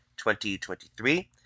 2023